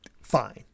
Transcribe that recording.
fine